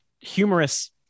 humorous